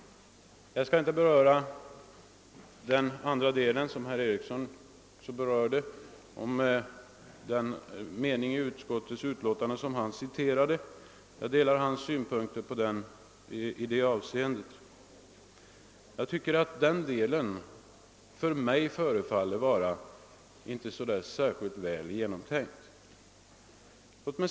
Jag skall inte beröra den mening i utskottsutlåtandet som herr Ericson i Örebro citerade — jag delar hans synpunkter på den. Den synes mig inte vara särskilt väl genomtänkt.